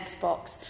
Xbox